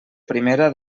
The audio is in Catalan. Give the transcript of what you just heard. primera